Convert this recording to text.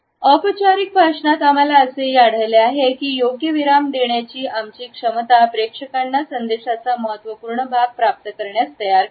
औपचारिक भाषणात आम्हाला असेही आढळले आहे की योग्य विराम देण्याची आमची क्षमता प्रेक्षकांना संदेशाचा महत्त्वपूर्ण भाग प्राप्त करण्यास तयार करते